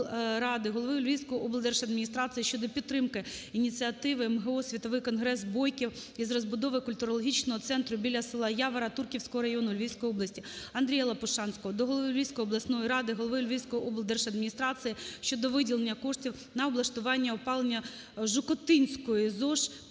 голови Львівської облдержадміністрації щодо підтримки ініціативи МГО "Світовий Конгрес Бойків" із розбудови культурологічного центру біля села Явора Турківського району Львівської області. Андрія Лопушанського до голови Львівської обласної ради, голови Львівської облдержадміністрації щодо виділення коштів на облаштування опалення Жукотинської ЗОШ